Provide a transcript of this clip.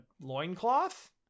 loincloth